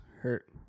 hurt